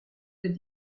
with